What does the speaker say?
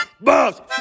Boss